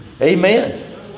Amen